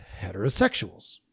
heterosexuals